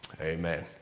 Amen